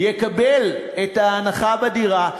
יקבל את ההנחה בדירה.